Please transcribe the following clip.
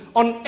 on